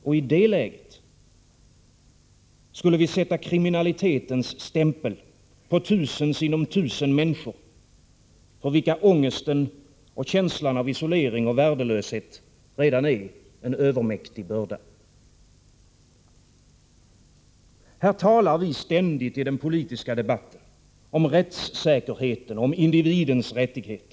Och i det läget skulle vi sätta kriminalitetens stämpel på tusen sinom tusen människor, för vilka ångesten och känslan av isolering och värdelöshet redan är en övermäktig börda. I den politiska debatten talar vi ständigt om rättssäkerheten och om individens rättigheter.